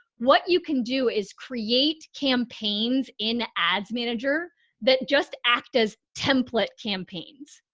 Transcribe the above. what you can do is create campaigns in ads manager that just act as template campaigns,